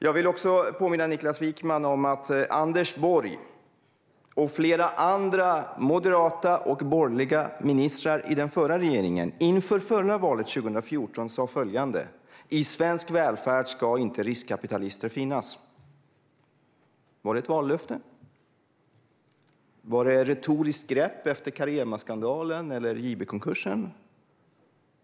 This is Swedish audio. Jag vill också påminna Niklas Wykman om att Anders Borg och flera andra moderata och borgerliga ministrar i den förra regeringen inför förra valet, 2014, sa följande: I svensk välfärd ska inte riskkapitalister finnas. Var det ett vallöfte? Var det ett retoriskt grepp efter Caremaskandalen eller JB-konkursen?